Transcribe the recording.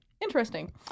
interesting